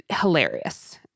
hilarious